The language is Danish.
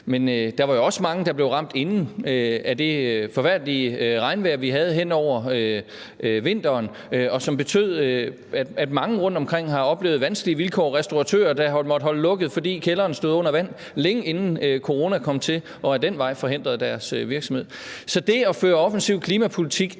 Men der var jo også mange, der blev ramt inden af det forfærdelige regnvejr, vi havde hen over vinteren, og det betød, at mange rundtomkring har oplevet vanskelige vilkår. Der har været restauratører, der har måttet holde lukket, fordi kælderen stod under vand, længe inden corona kom til og ad den vej forhindrede deres virksomhed i et holde åbent. Så det at føre offensiv klimapolitik